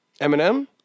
Eminem